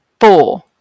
Four